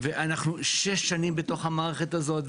ולהסתכל קדימה בכנסת הבאה.